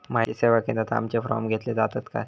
माहिती सेवा केंद्रात आमचे फॉर्म घेतले जातात काय?